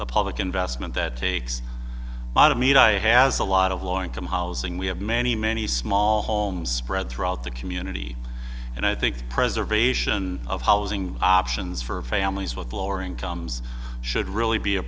a public investment that takes a lot of meat i has a lot of law income housing we have many many small homes spread throughout the community and i think preservation of housing options for families with flooring comes should really be a